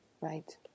Right